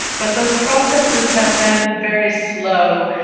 but those processes have been very slow.